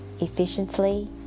efficiently